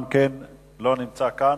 גם הוא לא נמצא כאן.